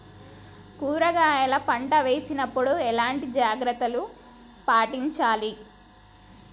కూరగాయల పంట వేసినప్పుడు ఎలాంటి జాగ్రత్తలు పాటించాలి?